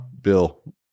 Bill